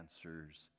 answers